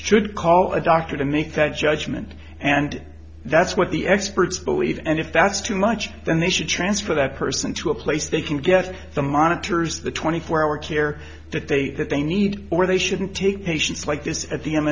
should call a doctor to make that judgment and that's what the experts believe and if that's too much then they should transfer that person to a place they can get the monitors the twenty four hour care that they that they need or they shouldn't take patients like this at